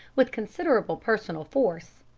with considerable personal force.